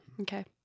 Okay